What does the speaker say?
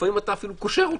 לפעמים אתה אפילו קושר אותו.